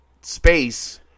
space